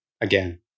again